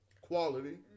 Quality